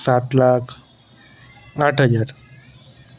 सात लाख आठ हजार